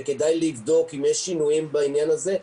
וכדאי לבדוק אם יש שינויים בעניין הזה,